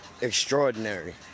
extraordinary